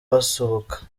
basuhuka